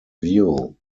view